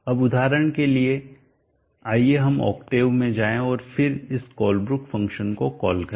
अब उदाहरण के लिए आइए हम ओक्टेव में जाएं और फिर इस कोलब्रुक फ़ंक्शन को कॉल करें